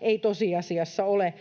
ei tosiasiassa ole